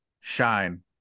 shine